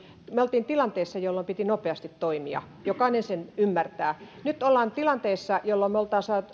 me olimme tilanteessa jolloin piti nopeasti toimia jokainen sen ymmärtää nyt ollaan tilanteessa jolloin me olemme